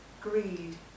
greed